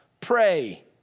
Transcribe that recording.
Pray